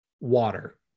water